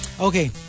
Okay